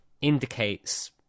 indicates